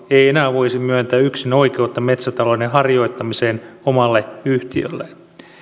ei enää voisi myöntää yksinoikeutta metsätalouden harjoittamiseen omalle yhtiölleen